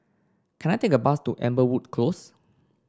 can I take a bus to Amberwood Close